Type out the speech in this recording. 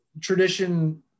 tradition